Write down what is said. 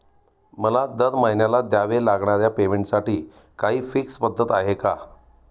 मला दरमहिन्याला द्यावे लागणाऱ्या पेमेंटसाठी काही फिक्स पद्धत आहे का?